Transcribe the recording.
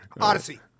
Odyssey